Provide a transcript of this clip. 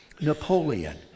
Napoleon